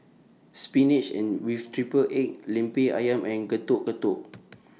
Spinach and with Triple Rgg Lemper Ayam and Getuk Getuk